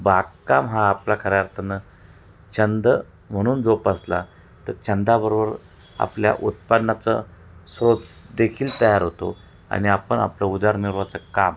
बागकाम हा आपला खऱ्या अर्थानं छंद म्हणून जोपासला तर छंदा बरोबर आपल्या उत्पनाचं स्रोत देखील तयार होतो आणि आपण आपलं उदरनिर्वाहाचं काम